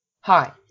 Hi